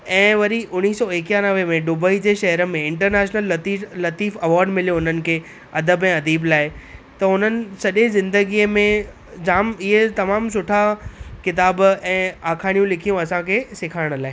ऐं वरी उणिवीह सौ एकानवे में डुबई जे शहर में इंटरनैशनल लतीफ़ लतीफ़ अवार्ड मिलियो उन्हनि खे अदबु ऐं अदीब लाइ त उन्हनि सॼे ज़िंदगीअ में जाम इहे तमामु सुठा किताब ऐं आखाणियूं लिखियूं असांखे सेखारण लाइ